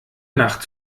nacht